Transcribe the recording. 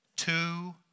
Two